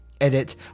Edit